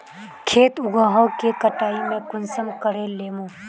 खेत उगोहो के कटाई में कुंसम करे लेमु?